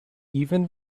even